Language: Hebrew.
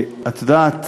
את יודעת,